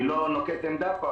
אני לא נוקט עמדה פה.